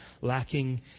lacking